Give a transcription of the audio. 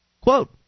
Quote